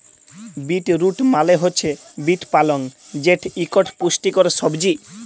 beet root মালে হছে beet পালং যেট ইকট পুষ্টিকর সবজি